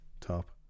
Top